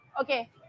Okay